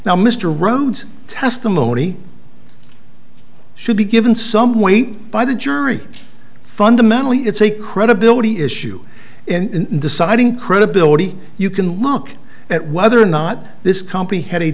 now mr rhodes testimony should be given some weight by the jury fundamentally it's a credibility issue in deciding credibility you can look at whether or not this company had